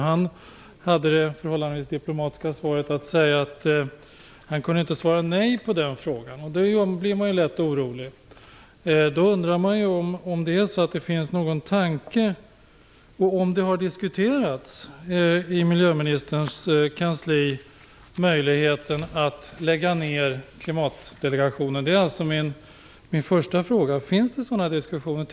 Han sade förhållandevis diplomatiskt att han inte kunde svara nej på den frågan. Då blir man ju litet orolig. Jag undrar om det finns någon tanke på och om det har diskuterats i miljöministerns kansli att lägga ner Klimatdelegationen. Det är min första fråga. Förs det sådana diskussioner?